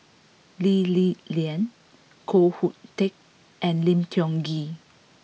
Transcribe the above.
Lee Li Lian Koh Hoon Teck and Lim Tiong Ghee